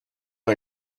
out